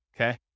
okay